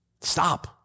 Stop